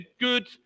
good